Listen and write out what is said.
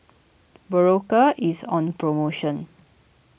Berocca is on promotion